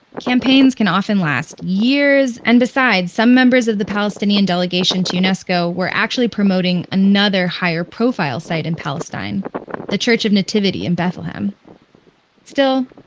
campaigns can often last years, and besides, some members of the palestinian delegation to unesco were actually promoting another, higher profile, site in palestine the church of nativity in bethlehem still,